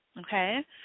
okay